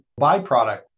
byproduct